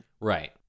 Right